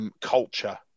Culture